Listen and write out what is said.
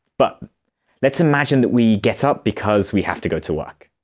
but let's imagine that we get up because we have to go to work.